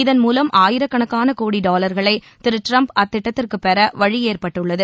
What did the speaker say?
இதன் மூலம் ஆயிரக்கணக்கான கோடி டாலர்களை திரு டிரம்ப் அத்திட்டத்திற்கு பெற வழி ஏற்பட்டுள்ளது